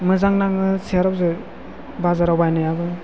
मोजां नाङो सियाराव जिरायनो बाजाराव बायनायाबो